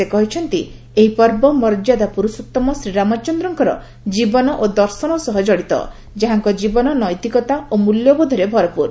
ସେ କହିଛନ୍ତି ଏହି ପର୍ବ ମର୍ଯ୍ୟାଦା ପୁର୍ଷୋତ୍ତମ ଶ୍ରୀରାମଚନ୍ଦ୍ରଙ୍କ ଜୀବନ ଓ ଦର୍ଶନ ସହ ଜଡ଼ିତ ଯାହାଙ୍କ ଜୀବନ ନୈତିକତା ଓ ମୂଲ୍ୟବୋଧରେ ଭରପୂର